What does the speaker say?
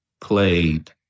played